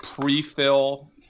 pre-fill